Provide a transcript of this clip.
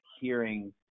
hearing